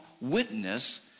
witness